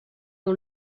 ont